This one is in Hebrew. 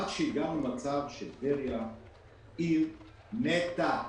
עד שהגענו למצב שטבריה עיר מתה.